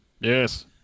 Yes